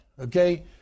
Okay